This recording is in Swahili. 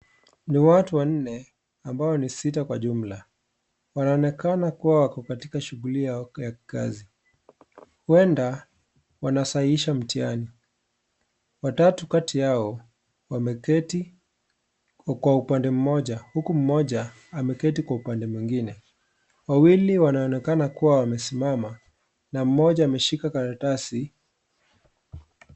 Ni watu wanne ambao ni sita kwa jumla. Wanaonekana kuwa wako katika shughuli yao ya kikazi. Huenda wanasahihisha mtihani. Watatu kati yao wameketi kwa upande mmoja huku mmoja ameketi kwa upande mwingine wawili wanaonekana kuwa wamesimama na mmoja ameshika karatasi.